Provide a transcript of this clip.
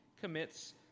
commits